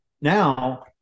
now